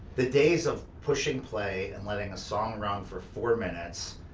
the days of pushing play and letting a song run for four minutes,